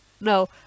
no